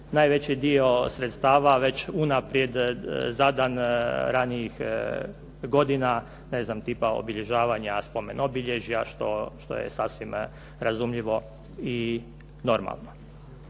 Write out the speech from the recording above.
najveći dio sredstava već unaprijed zadan ranijih godina, ne znam tipa obilježavanja spomen obilježja što je sasvim razumljivo i normalno.